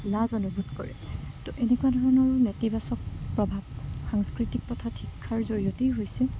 লাজ অনুভৱ কৰে তো এনেকুৱা ধৰণৰো নেতিবাচক প্ৰভাৱ সাংস্কৃতিক প্ৰথাত শিক্ষাৰ জৰিয়তেই হৈছে